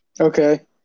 Okay